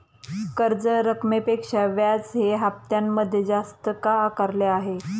कर्ज रकमेपेक्षा व्याज हे हप्त्यामध्ये जास्त का आकारले आहे?